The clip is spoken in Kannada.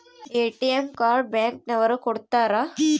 ಎ.ಟಿ.ಎಂ ಕಾರ್ಡ್ ಬ್ಯಾಂಕ್ ನವರು ಕೊಡ್ತಾರ